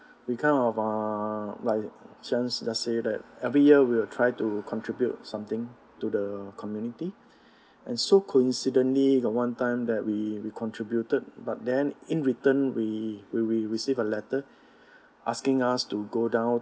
we kind of uh like sharon does say that every year we will try to contribute something to the community and so coincidently got one time that we we contributed but then in return we re~ receive a letter asking us to go down